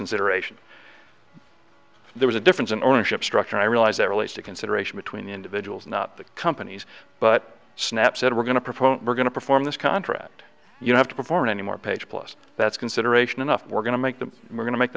consideration there is a difference in ownership structure i realize that relates to consideration between the individuals not the companies but snapp said we're going to propose we're going to perform this contract you have to perform any more page plus that's consideration enough we're going to make them we're going to make